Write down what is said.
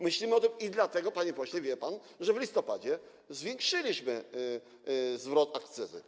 Myślimy o tym i dlatego, panie pośle, wie pan to, że w listopadzie zwiększyliśmy zwrot akcyzy.